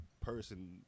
person